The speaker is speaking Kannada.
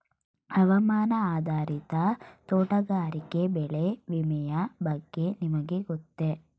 ಹವಾಮಾನ ಆಧಾರಿತ ತೋಟಗಾರಿಕೆ ಬೆಳೆ ವಿಮೆಯ ಬಗ್ಗೆ ನಿಮಗೆ ಗೊತ್ತೇ?